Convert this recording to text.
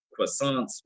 croissants